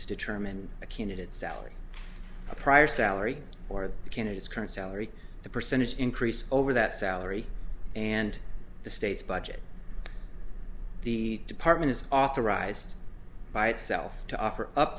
to determine a candidate salary a prior salary or candidates current salary the percentage increase over that salary and the state's budget the department is authorized by itself to offer up